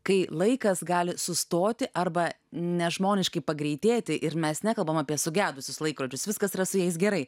kai laikas gali sustoti arba nežmoniškai pagreitėti ir mes nekalbam apie sugedusius laikrodžius viskas yra su jais gerai